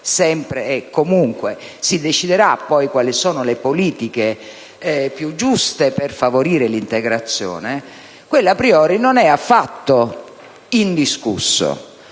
e comunque (si deciderà poi quali sono le politiche più giuste per favorire l'integrazione) non è affatto indiscusso.